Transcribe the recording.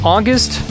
August